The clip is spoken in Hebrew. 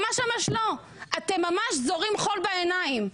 ממש ממש לא, אתם ממש זורים חול בעיניים.